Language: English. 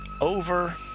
over